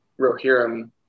Rohirrim